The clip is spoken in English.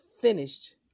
finished